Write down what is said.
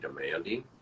demanding